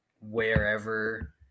wherever